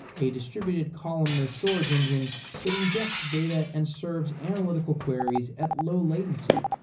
a distributed columnar storage engine that ingests data and serves analytical queries at low-latency.